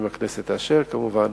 אם הכנסת תאשר, כמובן,